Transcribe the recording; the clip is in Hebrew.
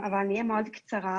אבל אני אהיה מאוד קצרה.